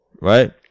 right